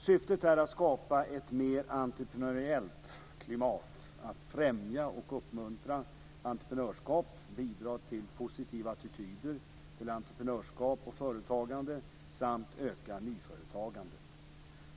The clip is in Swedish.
Syftet är att skapa ett mer entreprenöriellt klimat, att främja och uppmuntra entreprenörskap, bidra till positiva attityder till entreprenörskap och företagande, samt öka nyföretagandet.